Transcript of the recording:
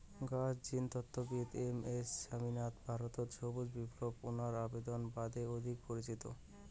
গছ জিনতত্ত্ববিদ M S Swaminathan ভারতত সবুজ বিপ্লবত উনার অবদানের বাদে অধিক পরিচিত